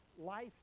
life